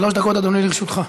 שלוש דקות, אדוני, לרשותך.